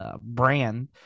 brand